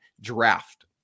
draft